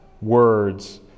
words